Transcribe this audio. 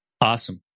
Awesome